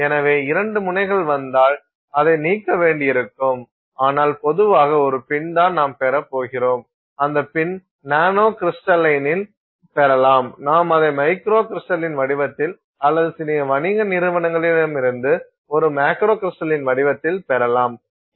எனவே இரண்டு முனைகள் வந்தால் அதை நீக்க வேண்டியிருக்கும் ஆனால் பொதுவாக ஒரு பின் தான் நாம்பெறப் போகிறோம் அந்த பின் நானோகிரிஸ்டலினில் பெறலாம் நாம் அதை மைக்ரோ கிரிஸ்டலின் வடிவத்தில் அல்லது சில வணிக நிறுவனங்களிலிருந்து ஒரு மேக்ரோகிஸ்டலின் வடிவத்தில் பெறலாம்